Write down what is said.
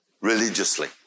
religiously